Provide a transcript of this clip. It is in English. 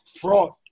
fraud